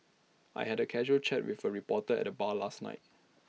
I had A casual chat with A reporter at the bar last night